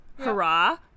Hurrah